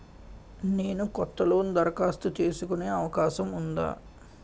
నేను కొత్త లోన్ దరఖాస్తు చేసుకునే అవకాశం ఉందా?